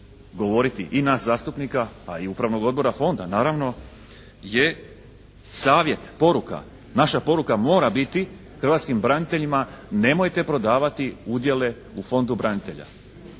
govoriti i nas zastupnika, pa i Upravnog odbora Fonda naravno, je savjet, poruka. Naša poruka mora biti hrvatskim braniteljima nemojte prodavati udjele u Fondu branitelja.